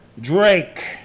Drake